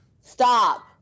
Stop